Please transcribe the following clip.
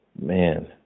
Man